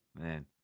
man